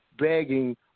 begging